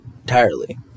entirely